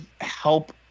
help